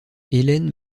hélène